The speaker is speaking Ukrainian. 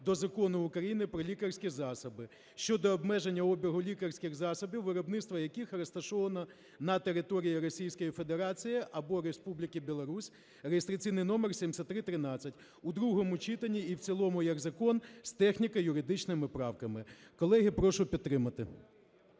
до Закону України "Про лікарські засоби" щодо обмеження обігу лікарських засобів, виробництво яких розташовано на території Російської Федерації або Республіки Білорусь (реєстраційний номер 7313) у другому читанні і в цілому як закон з техніко-юридичними правками. Колеги, прошу підтримати.